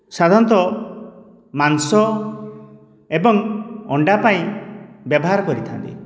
ସାଧାରଣତଃ ମାଂସ ଏବଂ ଅଣ୍ଡା ପାଇଁ ବ୍ୟବହାର କରିଥାଆନ୍ତି